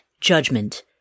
judgment